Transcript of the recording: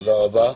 תודה רבה.